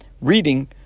reading